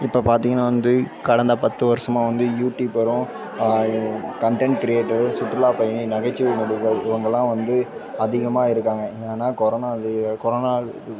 இப்போ பார்த்திங்கன்னா வந்து கடந்த பத்து வருடமாக வந்து யூடியூபரும் கன்டென்ட் க்ரியேட்டரு சுற்றுலா பயணி நகைச்சுவை நடிகர் இவங்களாம் வந்து அதிகமாக இருக்காங்க ஏன்னால் கொரோனா லீவில் கொரோனா